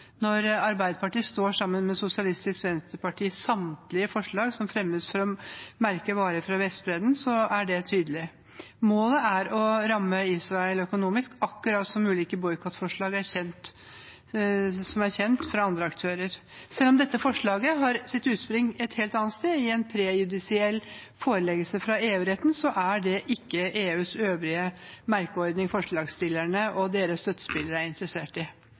Når Arbeiderpartiet står sammen med Sosialistisk Venstreparti i samtlige forslag som fremmes for å merke varer fra Vestbredden, så er det tydelig. Målet er å ramme Israel økonomisk, akkurat som ulike boikottforslag som er kjent fra andre aktører. Selv om dette forslaget har sitt utspring et helt annet sted, i en prejudisiell foreleggelse fra EU-retten, er det ikke EUs øvrige merkeordning forslagsstillerne og deres støttespillere er interessert i.